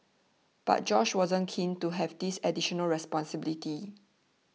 but Josh wasn't keen to have this additional responsibility